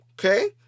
okay